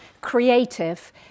creative